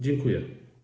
Dziękuję.